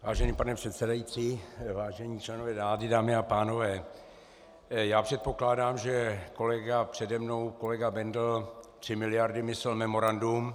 Vážený pane předsedající, vážení členové vlády, dámy a pánové, já předpokládám, že kolega přede mnou, kolega Bendl, tři miliardy myslel memorandum.